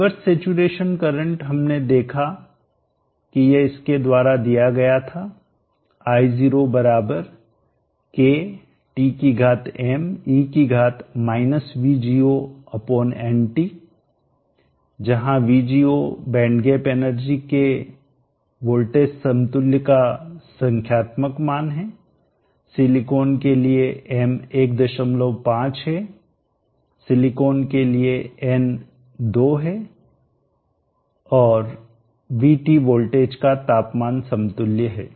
river saturation current हमने देखा की यह इसके द्वारा दिया गया था जहां VGOबैंडगैप एनर्जी के वोल्टेज समतुल् का संख्यात्मक मान है सिलिकॉन के लिए m 15 है सिलिकॉन के लिए n 2 है और VT वोल्टेज का तापमान समतुल्य है